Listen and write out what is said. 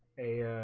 a